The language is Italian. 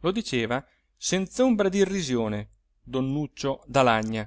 lo diceva senz'ombra d'irrisione don nuccio d'alagna